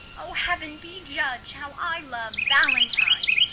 o, heaven be judge how i love valentine,